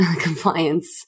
compliance